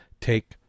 take